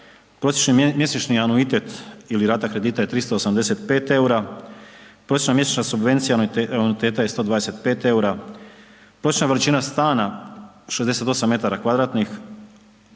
prosječni mjesečni anuitet ili rata kredita je 385,00 EUR-a, prosječna mjesečna subvencija anuiteta je 125,00 EUR-a, prosječna veličina stana 68 m2, kod